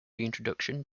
reintroduction